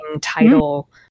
title